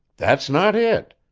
that's not it.